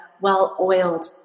well-oiled